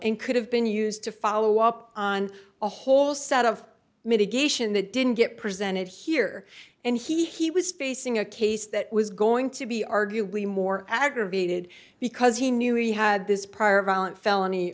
and could have been used to follow up on a whole set of mitigation that didn't get presented here and he he was facing a case that was going to be arguably more aggravated because he knew he had this prior violent felony